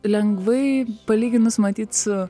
lengvai palyginus matyt su